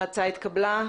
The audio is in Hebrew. ההצעה התקבלה.